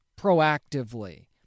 proactively